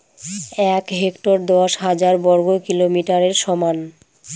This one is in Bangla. এক হেক্টর দশ হাজার বর্গমিটারের সমান